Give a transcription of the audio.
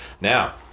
Now